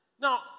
Now